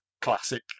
classic